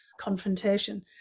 confrontation